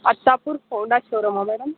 Attapur Honda show రూమా madam